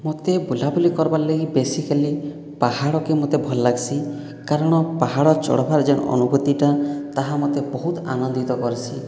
ମତେ ବୁଲାବୁଲି କର୍ବାର ଲାଗି ବେସିକାଲି ପାହାଡ଼କେ ମତେ ଭଲ ଲାଗ୍ସି କାରଣ ପାହାଡ଼ ଚଢ଼୍ବାର ଯେନ୍ ଅନୁଭୂତିଟା ତାହା ମତେ ବହୁତ ଆନନ୍ଦିତ କର୍ସି